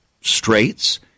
straits